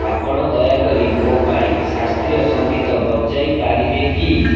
ଆପଣ ଦୟାକରି ମୋ ପାଇଁ ଶାସ୍ତ୍ରୀୟ ସଙ୍ଗୀତ ବଜାଇ ପାରିବେ କି